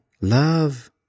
love